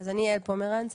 אני יעל פומרץ,